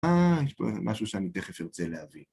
אה, יש פה משהו שאני תכף ארצה להביא.